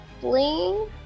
Bling